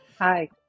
Hi